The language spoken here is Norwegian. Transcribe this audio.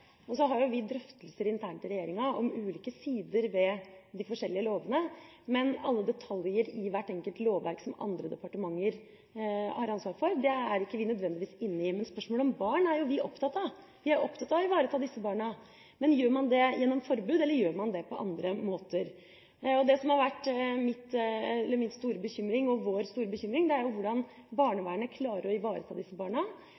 har jo drøftelser internt i regjeringa om ulike sider ved de forskjellige lovene, men alle detaljer i hvert enkelt lovverk som andre departementer har ansvar for, er ikke nødvendigvis vi inne i. Men spørsmål om barn er vi jo opptatt av, og vi er opptatt av å ivareta disse barna. Men gjør man det gjennom forbud, eller gjør man det på andre måter? Det som har vært min og vår store bekymring, er jo hvordan barnevernet klarer å ivareta disse barna.